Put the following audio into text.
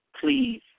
Please